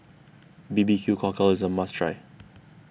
B B Q Cockle is a must try